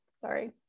sorry